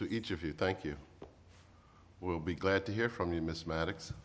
to each of you thank you will be glad to hear from you miss maddox